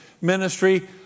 ministry